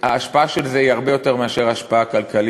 ההשפעה של זה היא הרבה יותר מהשפעה כלכלית.